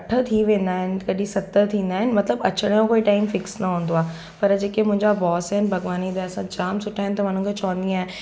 अठ थी वेंदा आहिनि कॾहिं सत थींदा आहिनि मतिलबु अचण जो कोई टाइम फिक्स न हूंदो आहे पर जेके मुंहिंजा बॉस आहिनि भॻवान जी दया सां जामु सुठा आहिनि त मां उन खे चवंदी आहियां